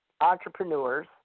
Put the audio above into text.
entrepreneurs